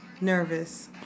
nervous